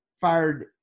fired